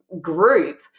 group